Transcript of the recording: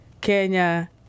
Kenya